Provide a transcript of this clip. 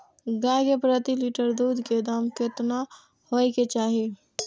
गाय के प्रति लीटर दूध के दाम केतना होय के चाही?